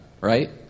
right